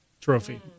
trophy